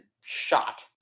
shot